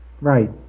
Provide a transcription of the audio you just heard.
Right